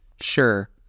Sure